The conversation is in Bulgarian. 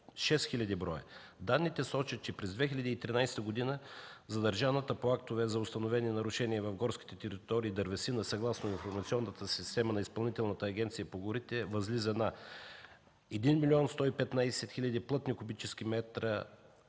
6 хил. броя. Данните сочат, че през 2013 г. задържаната по актове за установени нарушения в горските територии дървесина съгласно информационната система на Изпълнителната агенция по горите възлиза на 1 млн. 115 хил. плътни куб. м